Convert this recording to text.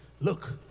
look